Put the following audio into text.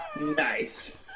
Nice